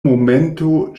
momento